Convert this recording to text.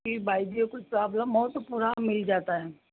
जी बाइ दिए कुछ प्रॉब्लम हो तो पूरा मिल जाता हैं